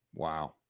Wow